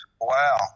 Wow